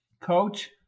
Coach